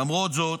למרות זאת,